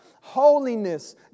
Holiness